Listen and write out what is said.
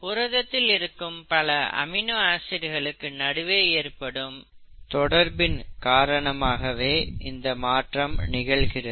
புரதத்தில் இருக்கும் பல அமினோ ஆசிட் களுக்கு நடுவில் ஏற்படும் தொடர்பின் காரணமாகவே இந்த மாற்றம் நிகழ்கிறது